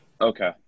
Okay